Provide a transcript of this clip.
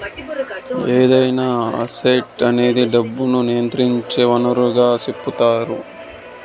ఏదైనా అసెట్ అనేది డబ్బును నియంత్రించే వనరుగా సెపుతారు